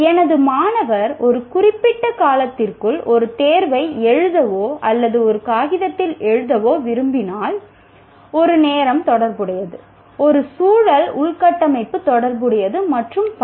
எனது மாணவர் ஒரு குறிப்பிட்ட காலத்திற்குள் ஒரு தேர்வை எழுதவோ அல்லது ஒரு காகிதத்தில் எழுதவோ விரும்பினால் ஒரு நேரம் தொடர்புடையது ஒரு சூழல் உள்கட்டமைப்பு தொடர்புடையது மற்றும் பல